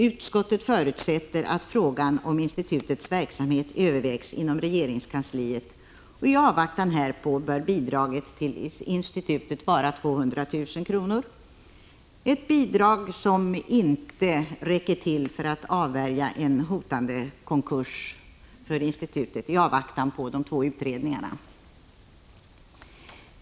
Utskottet förutsätter att frågan om institutets verksamhet övervägs inom regeringskansliet, och i avvaktan härpå bör bidraget till institutet vara 200 000 kr., ett bidrag som inte räcker till för att avvärja en hotande konkurs för institutet i väntan på de två utredningarna.